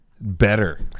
Better